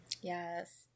Yes